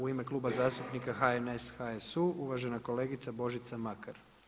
U ime Kluba zastupnika HNS, HSU uvažena kolegica Božica Makar.